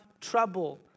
trouble